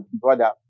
brother